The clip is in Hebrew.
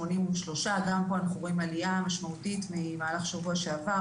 683. גם פה אנחנו רואים עליה משמעותית משבוע שעבר.